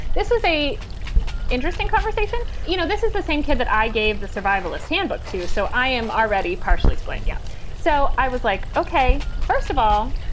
this is a interesting conversation. you know, this is the same kid that i gave the survivalist handbook to, so i am already partially to blame. yeah so i was like, ok, first of all,